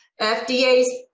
FDA's